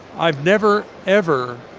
i've never ever